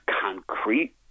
concrete